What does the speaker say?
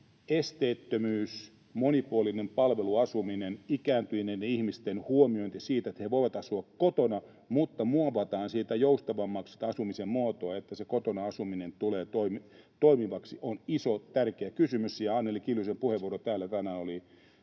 esteettömyys, monipuolinen palveluasuminen, ikääntyneiden ihmisten huomiointi siten, että he voivat asua kotona. Muovataan sitä asumisen muotoa joustavammaksi, että se kotona asuminen tulee toimivaksi. Se on iso, tärkeä kysymys, ja Anneli Kiljusen puheenvuoro täällä tänään oli siinä